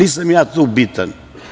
Nisam ja tu bitan.